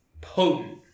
potent